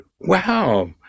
wow